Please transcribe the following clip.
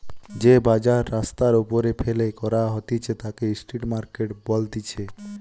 যে বাজার রাস্তার ওপরে ফেলে করা হতিছে তাকে স্ট্রিট মার্কেট বলতিছে